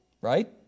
Right